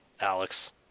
Alex